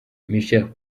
michael